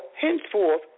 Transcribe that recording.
henceforth